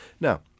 Now